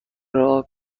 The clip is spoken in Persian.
راه